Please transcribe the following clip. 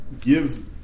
give